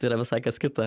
tai yra visai kas kita